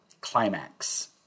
climax